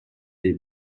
les